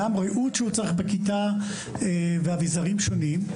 גם רהוט שהוא צריך בכיתה ואביזרים שונים,